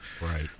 Right